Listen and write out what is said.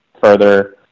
further